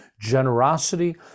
generosity